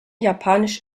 japanisch